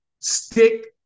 Stick